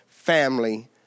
family